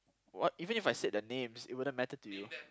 what even if I said their names it wouldn't matter to you